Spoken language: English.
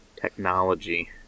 technology